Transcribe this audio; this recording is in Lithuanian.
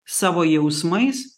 savo jausmais